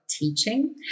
teaching